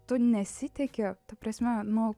tu nesitiki ta prasme nu